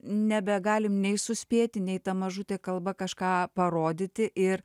nebegalim nei suspėti nei ta mažutė kalba kažką parodyti ir